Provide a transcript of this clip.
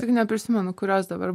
tik neprisimenu kurios dabar